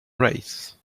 race